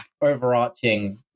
overarching